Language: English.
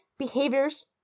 behaviors